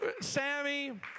Sammy